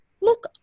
look